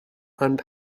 and